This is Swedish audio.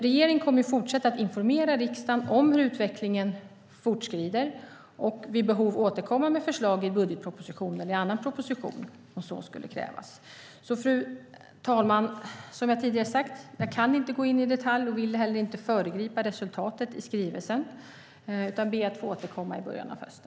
Regeringen kommer att fortsätta att informera riksdagen om hur utvecklingen fortskrider och vid behov återkomma med förslag i budgetpropositionen eller i annan proposition, om så skulle krävas. Fru talman! Som jag tidigare sagt: Jag kan inte gå in i detalj och vill heller inte föregripa resultatet i skrivelsen, utan jag ber att få återkomma i början av hösten.